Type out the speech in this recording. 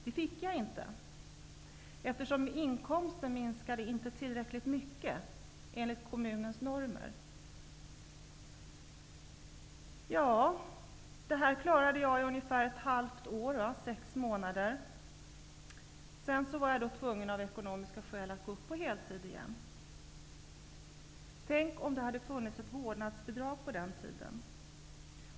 Det fick jag inte, eftersom inkomsten enligt kommunens normer inte minskade tillräckligt mycket. Jag klarade av detta i ungefär sex månader. Sedan var jag av ekonomiska skäl tvungen att gå upp till heltid igen. Tänk om det hade funnits ett vårdnadsbidrag på den tiden!